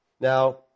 Now